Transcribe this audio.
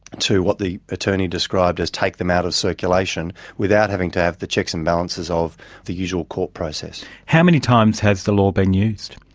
to what the attorney described as take them out of circulation, without having to have the checks and balances of the usual court process. how many times has the law being used?